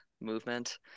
movement